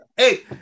Hey